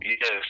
yes